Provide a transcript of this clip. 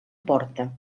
porta